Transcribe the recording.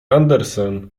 andersen